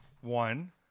One